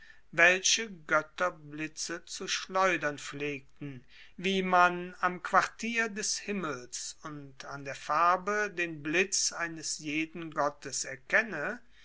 welche goetter blitze zu schleudern pflegten wie man am quartier des himmels und an der farbe den blitz eines jeden gottes erkenne